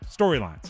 Storylines